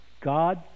God